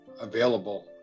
available